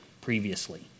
previously